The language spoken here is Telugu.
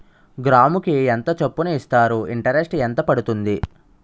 గ్రాముకి ఎంత చప్పున ఇస్తారు? ఇంటరెస్ట్ ఎంత పడుతుంది?